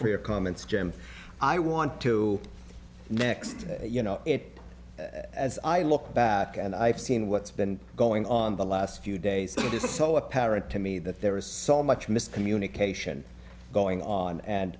for your comments jim i want to next you know it as i look back and i've seen what's been going on the last few days it is so apparent to me that there is so much miscommunication going on and